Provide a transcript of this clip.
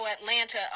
Atlanta